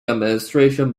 administration